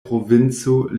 provinco